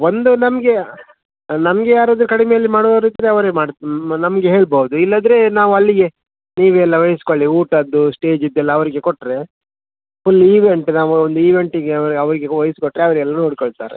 ಒಂದು ನಮಗೆ ನಮಗೆ ಯಾರಾದರು ಕಡಿಮೆಯಲ್ಲಿ ಮಾಡುವವರು ಇದ್ದರೆ ಅವರೇ ಮಾಡಿ ನಮಗೆ ಹೇಳ್ಬೌದು ಇಲ್ಲದ್ರೆ ನಾವು ಅಲ್ಲಿಗೆ ನೀವು ಎಲ್ಲ ವಹಿಸ್ಕೊಳ್ಳಿ ಊಟದ್ದು ಸ್ಟೇಜಿದ್ದು ಎಲ್ಲ ಅವರಿಗೆ ಕೊಟ್ಟರೆ ಫುಲ್ ಈವೆಂಟ್ ನಾವು ಒಂದು ಈವೆಂಟಿಗೆ ಅವರು ಅವರಿಗೆ ವಹ್ಸಿಕೊಟ್ರೆ ಅವರೆಲ್ರು ನೋಡಿಕೊಳ್ತಾರೆ